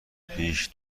پیش